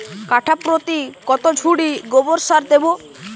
কাঠাপ্রতি কত ঝুড়ি গোবর সার দেবো?